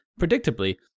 Predictably